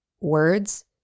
words